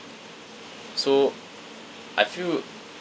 so I feel